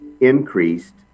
increased